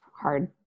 hard